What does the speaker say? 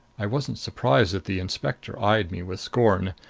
i wasn't surprised that the inspector eyed me with scorn.